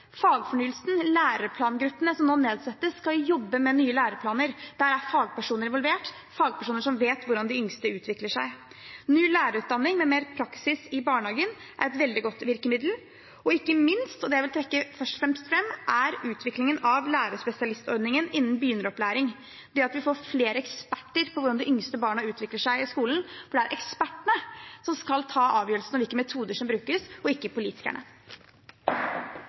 Fagfornyelsen, læreplangruppene som nå nedsettes, skal jobbe med nye læreplaner. Der er fagpersoner involvert, fagpersoner som vet hvordan de yngste utvikler seg. Ny lærerutdanning med mer praksis i barnehagen er et veldig godt virkemiddel, og ikke minst er det det jeg først og fremst vil trekke fram: utviklingen av lærerspesialistordningen innen begynneropplæring, det at vi får flere eksperter på hvordan de yngste barna utvikler seg i skolen. For det er ekspertene som skal ta avgjørelsene om hvilke metoder som brukes, ikke politikerne.